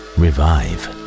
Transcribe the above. revive